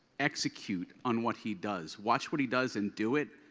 execute on what he does. watch what he does and do it.